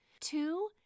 Two